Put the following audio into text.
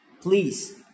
Please